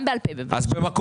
גם בעל פה, בבקשה.